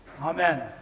Amen